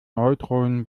neutronen